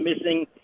missing